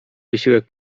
wysiłek